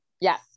yes